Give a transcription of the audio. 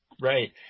Right